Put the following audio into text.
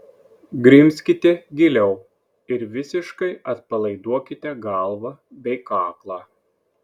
grimzkite giliau ir visiškai atpalaiduokite galvą bei kaklą